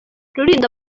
rulindo